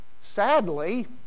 Sadly